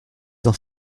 dans